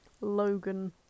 Logan